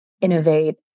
innovate